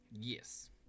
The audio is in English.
Yes